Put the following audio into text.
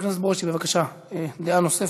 חבר הכנסת ברושי, בבקשה, דעה נוספת.